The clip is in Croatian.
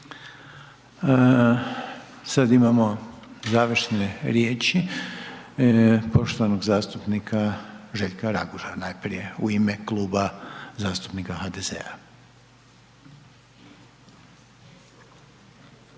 Sad imamo završne riječi poštovanog zastupnika Željka Raguža najprije u ime Kluba zastupnika HDZ-a.